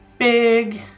Big